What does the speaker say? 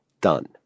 done